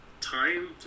time